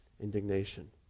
indignation